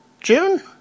June